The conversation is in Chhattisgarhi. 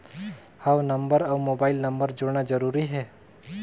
हव नंबर अउ मोबाइल नंबर जोड़ना जरूरी हे?